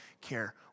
care